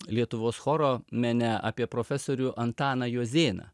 lietuvos choro mene apie profesorių antaną jozėną